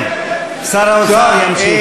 שר האוצר ימשיך.